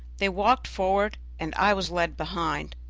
they walked forward, and i was led behind.